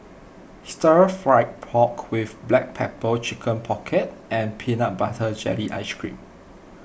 Stir Fried Pork with Black Pepper Chicken Pocket and Peanut Butter Jelly Ice Cream